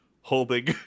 holding